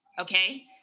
okay